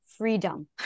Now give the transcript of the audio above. Freedom